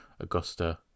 augusta